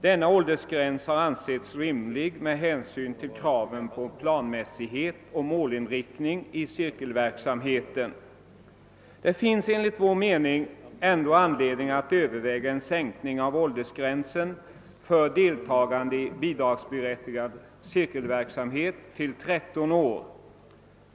Denna åldersgräns har ansetts rimlig med hänsyn till kraven på planmässighet och målinriktning i cirkelverksamheten. Det finns enligt vår mening ändå anledning att överväga en sänkning till 13 år av åldersgränsen för deltagande i bidragsberättigad cirkelverksamhet.